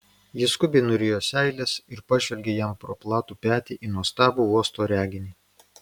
ji skubiai nurijo seiles ir pažvelgė jam pro platų petį į nuostabų uosto reginį